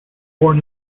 born